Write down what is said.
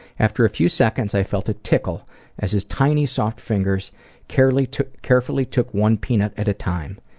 after a few seconds i felt a tickle as his tiny soft fingers carefully took carefully took one peanut at a time.